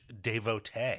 devotee